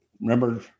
remember